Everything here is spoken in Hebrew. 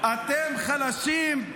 אתם כל כך חלשים,